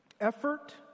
effort